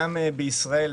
גם בישראל,